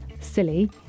silly